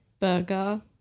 burger